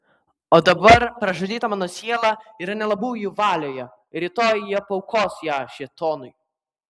o dabar pražudyta mano siela yra nelabųjų valioje ir rytoj jie paaukos ją šėtonui